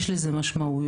יש לכך משמעויות.